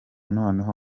noneho